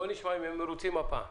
בואו נשמע אם הם מרוצים הפעם.